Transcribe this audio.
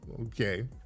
okay